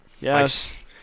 yes